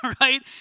right